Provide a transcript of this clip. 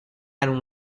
and